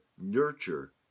nurture